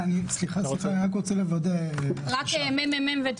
אמרתם שעל